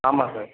ஆமாம் சார்